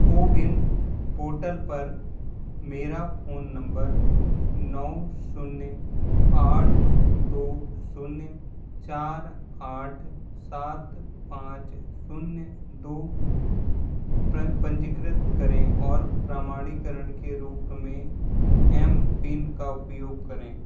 CoWIN portal पर मेरा phone number नौ शून्य आठ दो शून्य चार आठ सात पाँच शून्य दो पंजीकृत करें और प्रमाणीकरण के रूप में एम पिन का उपयोग करें